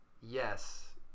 yes